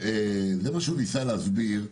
וזה מה שהוא ניסה להסביר.